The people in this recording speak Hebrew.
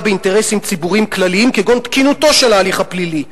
באינטרסים ציבוריים כלליים כגון תקינותו של ההליך הפלילי,